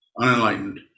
unenlightened